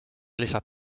lisab